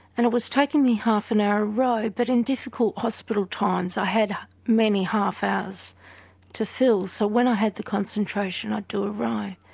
and it was taking me half an hour a row, but in difficult hospital times i had many half hours to fill. so when i had the concentration i'd do a row.